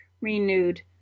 renewed